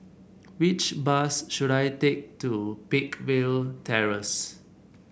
which bus should I take to Peakville Terrace